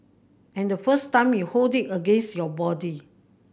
and the first time you hold it against your body